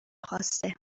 خواسته